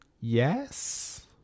yes